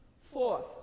Fourth